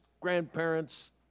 grandparents